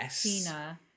Tina